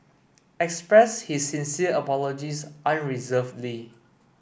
expressed his sincere apologies unreservedly